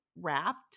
wrapped